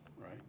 right